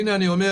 הנה זה קיים,